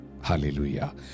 Hallelujah